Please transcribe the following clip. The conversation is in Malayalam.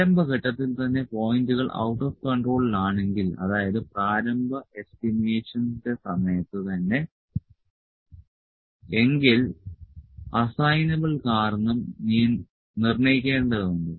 പ്രാരംഭ ഘട്ടത്തിൽ തന്നെ പോയിന്റുകൾ ഔട്ട് ഓഫ് കൺട്രോളിൽ ആണെങ്കിൽ അതായത് പ്രാരംഭ എസ്റ്റിമേഷന്റെ സമയത്ത് തന്നെ എങ്കിൽ അസൈനബിൾ കാരണം നിർണ്ണയിക്കേണ്ടതുണ്ട്